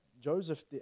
Joseph